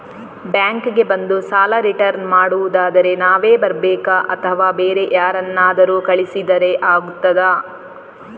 Bank ಗೆ ಬಂದು ಸಾಲ ರಿಟರ್ನ್ ಮಾಡುದಾದ್ರೆ ನಾವೇ ಬರ್ಬೇಕಾ ಅಥವಾ ಬೇರೆ ಯಾರನ್ನಾದ್ರೂ ಕಳಿಸಿದ್ರೆ ಆಗ್ತದಾ?